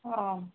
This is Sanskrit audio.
हा